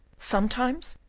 sometimes,